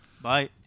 Bye